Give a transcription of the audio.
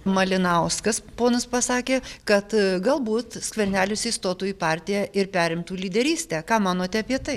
malinauskas ponas pasakė kad galbūt skvernelis įstotų į partiją ir perimtų lyderystę ką manote apie tai